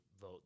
vote